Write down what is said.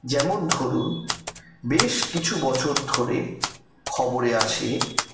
যেমন ধরুন বেশ কিছু বছর ধরে খবরে আসে